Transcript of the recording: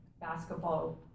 basketball